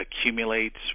accumulates